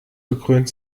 gekrönt